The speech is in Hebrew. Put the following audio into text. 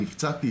נפצעתי